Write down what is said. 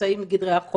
מסוכן לבני אדם.